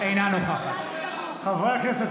אינה נוכחת --- אין דבר --- חברי הכנסת,